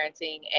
parenting